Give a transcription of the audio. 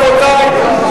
רבותי,